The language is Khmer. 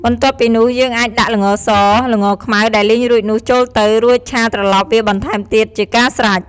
បន្ទាប់ពីនោះ យើងអាចដាក់ល្ងស ល្ងខ្មៅដែលលីងរួចនោះចូលទៅ រួចឆាត្រឡប់វាបន្ថែមទៀតជាការស្រេច។